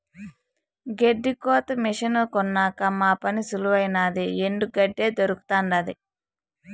గెడ్డి కోత మిసను కొన్నాక మా పని సులువైనాది ఎండు గెడ్డే దొరకతండాది